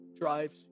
drives